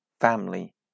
family